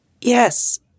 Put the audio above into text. Yes